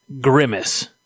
Grimace